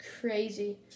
crazy